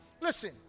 Listen